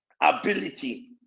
ability